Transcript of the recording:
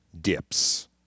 dips